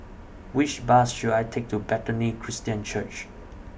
Which Bus should I Take to Bethany Christian Church